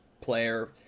player